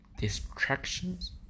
distractions